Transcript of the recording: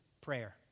prayer